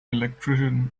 electrician